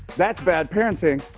that's bad parenting.